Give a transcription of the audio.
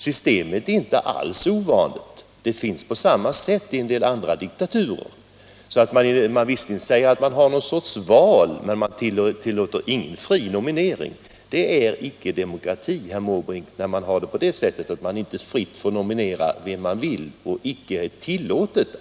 Systemet är inte alls ovanligt utan återfinns i en del andra diktaturer. Man säger där visserligen att man håller någon sorts val, men man tillåter inte fri nominering. Det är icke demokrati, herr Måbrink, om nomineringen inte är fri och om bara ett parti är tillåtet.